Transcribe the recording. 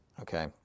Okay